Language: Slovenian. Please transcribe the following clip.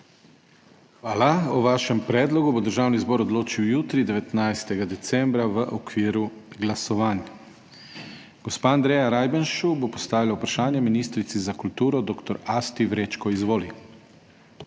Hvala. O vašem predlogu bo Državni zbor odločil jutri, 19. decembra, v okviru glasovanj. Gospa Andreja Rajbenšu bo postavila vprašanje ministrici za kulturo dr. Asti Vrečko. Izvoli.